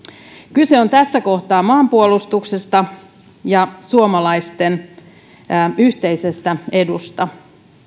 kyse on tässä kohtaa maanpuolustuksesta ja suomalaisten yhteisestä edusta